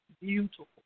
beautiful